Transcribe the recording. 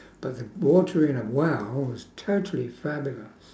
but the water in a well is totally fabulous